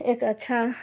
एक अच्छा